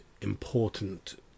important